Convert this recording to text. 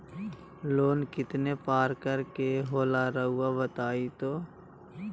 Loan कितने पारकर के होला रऊआ बताई तो?